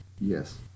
Yes